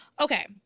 okay